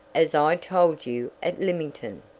as i told you, at lymington,